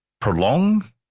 prolong